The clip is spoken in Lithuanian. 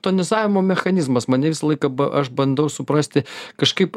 tonizavimo mechanizmas mane visą laiką aš bandau suprasti kažkaip